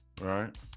right